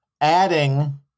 adding